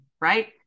right